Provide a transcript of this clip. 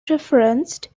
referenced